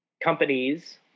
companies